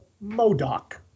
Modoc